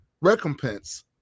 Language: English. recompense